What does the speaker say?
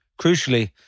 Crucially